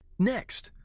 next,